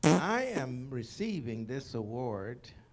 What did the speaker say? i am receiving this award